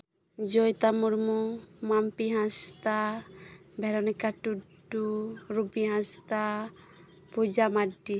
Joyita Murmu Mampi Hansda Veronica Tudu Rubi Hansda Puja Mardi